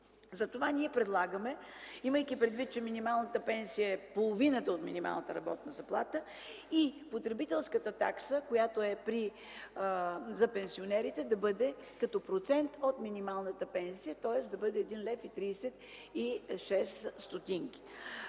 Затова предлагаме, имайки предвид, че минималната пенсия е половината от минималната работна заплата, потребителската такса за пенсионерите да бъде като процент от минималната пенсия, тоест 1,36 лв.